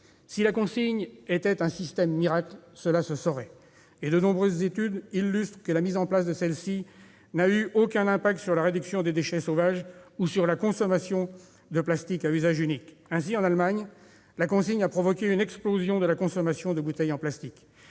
Si la consigne était un système miracle, cela se saurait ! De nombreuses études illustrent le fait que sa mise en place n'a aucun impact sur la réduction des déchets sauvages ou sur la consommation de plastique à usage unique. Ainsi, en Allemagne, la consigne a provoqué une explosion de la consommation des bouteilles en plastique.